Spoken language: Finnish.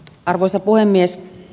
arvoisa puhemies